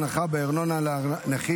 הנחה בארנונה לנכים),